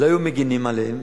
היו מגינים עליהם,